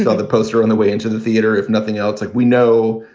and the poster on the way into the theater, if nothing else, like we know,